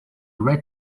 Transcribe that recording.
red